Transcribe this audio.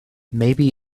maybe